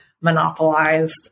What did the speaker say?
monopolized